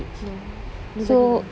no rizal only know